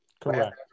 Correct